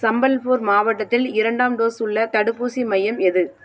சம்பல்பூர் மாவட்டத்தில் இரண்டாம் டோஸ் உள்ள தடுப்பூசி மையம் எது